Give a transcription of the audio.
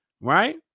Right